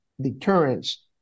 deterrence